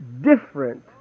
different